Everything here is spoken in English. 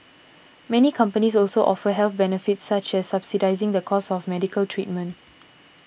many companies also offer health benefits such as subsidising the cost of medical treatment